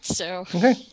Okay